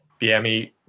BME